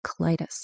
colitis